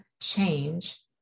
change